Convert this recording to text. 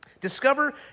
Discover